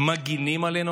מגינים עלינו,